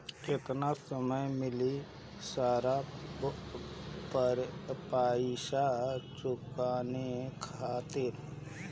केतना समय मिली सारा पेईसा चुकाने खातिर?